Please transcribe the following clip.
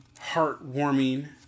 heartwarming